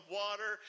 water